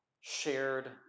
shared